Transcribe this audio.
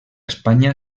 espanya